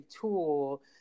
tool